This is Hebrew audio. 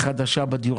כמה דירות יש היום בדיור